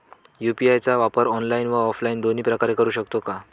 UPI चा वापर online व ऑफलाईन दोन्ही प्रकारे करु शकतो का?